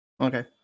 Okay